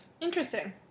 Interesting